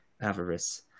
avarice